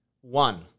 one